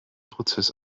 prozess